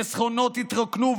חסכונות התרוקנו,